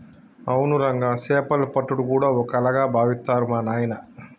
అవును రంగా సేపలు పట్టుడు గూడా ఓ కళగా బావిత్తరు మా నాయిన